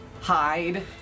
hide